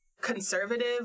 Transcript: Conservative